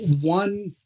One